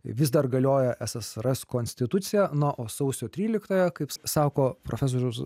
vis dar galioja sssr konstitucija na o sausio tryliktąją kaip sako profesorius